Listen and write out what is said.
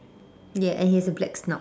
ya and he has a black snout